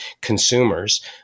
consumers